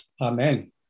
Amen